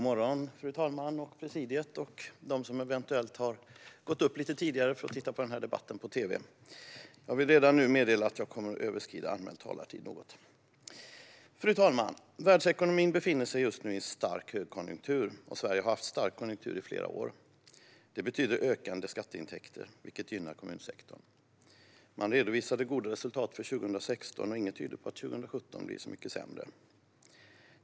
Fru talman, presidiet och de som eventuellt har gått upp lite tidigare för att titta på den här debatten på tv - god morgon! Jag vill redan nu meddela att jag kommer att överskrida anmäld talartid något. Fru talman! Världsekonomin befinner sig just nu i en stark högkonjunktur, och Sverige har haft en stark konjunktur i flera år. Det betyder ökande skatteintäkter, vilket gynnar kommunsektorn. Man redovisade goda resultat för 2016, och inget tyder på att 2017 blir så mycket sämre.